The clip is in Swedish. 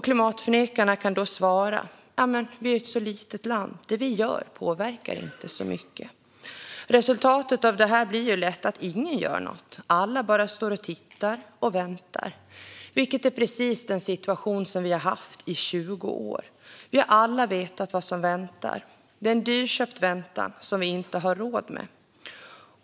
Klimatförnekarna kan då svara: Men vi är ett så litet land, så det vi gör påverkar inte så mycket. Resultatet blir lätt att ingen gör något. Alla bara står och tittar och väntar, vilket är precis den situation vi har haft i 20 år. Vi har alla vetat vad som väntar. Det är en dyrköpt väntan som vi inte har råd med.